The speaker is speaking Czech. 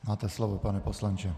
Máte slovo, pane poslanče.